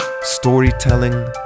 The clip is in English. storytelling